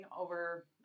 over